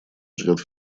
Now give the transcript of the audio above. ждет